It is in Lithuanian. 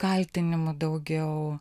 kaltinimų daugiau